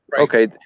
Okay